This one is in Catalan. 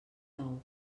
nou